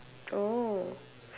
oh